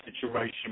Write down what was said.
situation